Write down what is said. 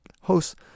hosts